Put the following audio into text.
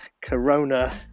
Corona